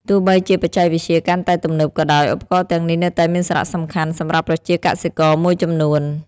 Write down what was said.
ទោះបីជាបច្ចេកវិទ្យាកាន់តែទំនើបក៏ដោយ ឧបករណ៍ទាំងនេះនៅតែមានសារៈសំខាន់សម្រាប់ប្រជាកសិករមួយចំនួន។